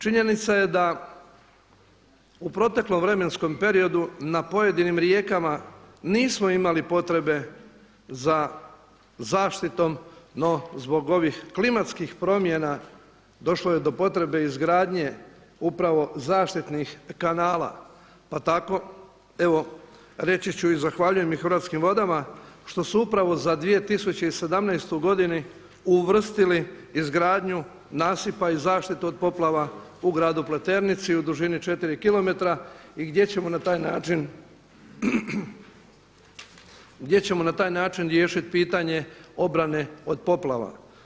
Činjenica je da u proteklom vremenskom periodu na pojedinim rijekama nismo imali potrebe za zaštitom no zbog ovih klimatskim promjena došlo je do potrebe izgradnje upravo zaštitnih kanala, pa tako evo reći ću i zahvaljujem i Hrvatskim vodama što su upravo za 2017. godinu uvrstili izgradnju nasipa i zaštitu od poplava u Gradu Pletrenici u dužini 4 kilometra i gdje ćemo na taj način riješiti pitanje obrane od poplava.